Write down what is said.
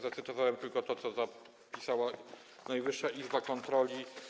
Zacytowałem tylko to, co napisała Najwyższy Izba Kontroli.